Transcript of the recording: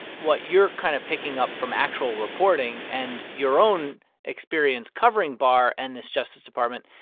what you're kind of picking up from actual reporting and your own experience covering barr and this justice department,